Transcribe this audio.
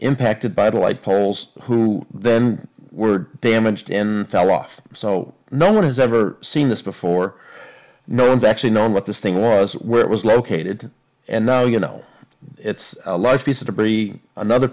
impacted by the light poles who then were damaged in fell off so no one has ever seen this before no one's actually known what this thing was where it was located and now you know it's a life piece of debris another